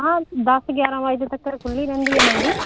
ਹਾਂ ਦਸ ਗਿਆਰ੍ਹਾਂ ਵਜੇ ਤੱਕਰ ਖੁੱਲ੍ਹੀ ਰਹਿੰਦੀ ਹੈ ਮੰਡੀ